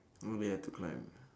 oh they have to climb ya